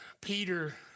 Peter